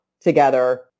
together